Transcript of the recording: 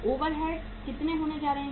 overhead कितने होने जा रहे हैं